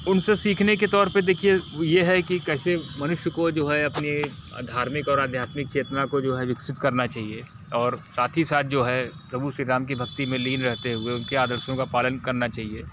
उनसे सीखने के तौर पे देखिए ये है कि कैसे मनुष्य को जो है अपनी धार्मिक और आध्यात्मिक चेतना को जो है विकसित करना चाहिए और साथ ही साथ जो है प्रभु श्रीराम की भक्ति में लीन रहते हुए उनके आदर्शों का पालन करना चाहिए